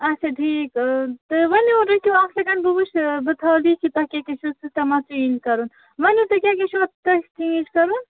اچھا ٹھیٖک تہٕ ؤنِو رُکِو اکھ سیکنٛڈ بہٕ وٕچھِ بہٕ تھاوو لیکھِتھ تۄہہِ کیٛاہ کیٛاہ چھُ سسٹم اتھ چینج کرُن ؤنِو تُہۍ کیٛاہ کیٛاہ اتھ تۄہہِ چینج کرُن